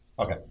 Okay